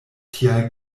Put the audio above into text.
tial